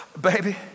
Baby